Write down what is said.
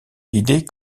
l’idée